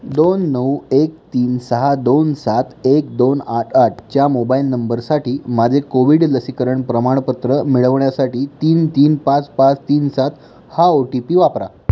दोन नऊ एक तीन सहा दोन सात एक दोन आठ आठच्या मोबाईल नंबरसाठी माझे कोविड लसीकरण प्रमाणपत्र मिळवण्यासाठी तीन तीन पाच पाच तीन सात हा ओ टी पी वापरा